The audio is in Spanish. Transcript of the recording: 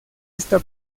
esta